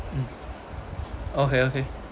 mm okay okay